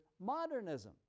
modernism